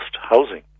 housing